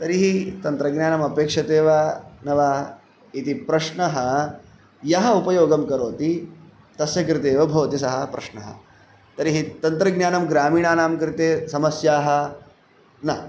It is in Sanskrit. तर्हि तन्त्रज्ञानमपेक्षते वा न वा इति प्रश्नः यः उपयोगं करोति तस्य कृते एव भवति सः प्रश्नः तर्हि तन्त्रज्ञानं ग्रामीणानां कृते समस्याः न